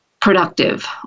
productive